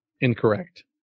Incorrect